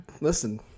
listen